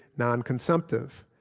nonconsumptive,